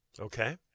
Okay